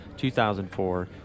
2004